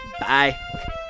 Bye